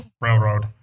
Railroad